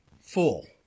full